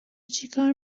چیکار